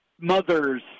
mothers